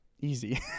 Easy